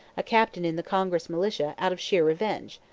a captain in the congress militia, out of sheer revenge.